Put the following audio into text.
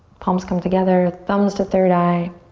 palms coming together, thumbs to third eye,